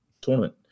tournament